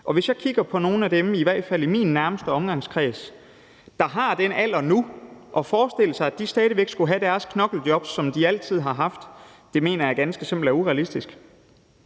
Hvis jeg kigger på nogle af dem i i hvert fald min nærmeste omgangskreds, der har den alder nu, og forestiller mig, at de stadig væk skulle have deres knoklejobs, som de altid har haft, mener jeg ganske simpelt, at det er urealistisk.